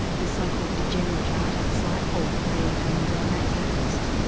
the so-called degenerate artists like paul klee and max ernst.